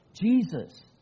Jesus